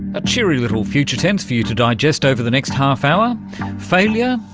a cheery little future tense for you to digest over the next half hour failure,